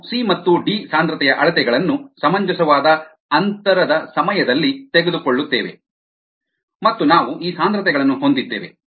ನಾವು ಸಿ ಮತ್ತು ಡಿ ಸಾಂದ್ರತೆಯ ಅಳತೆಗಳನ್ನು ಸಮಂಜಸವಾದ ಅಂತರದ ಸಮಯದಲ್ಲಿ ತೆಗೆದುಕೊಳ್ಳುತ್ತೇವೆ ಮತ್ತು ನಾವು ಈ ಸಾಂದ್ರತೆಗಳನ್ನು ಹೊಂದಿದ್ದೇವೆ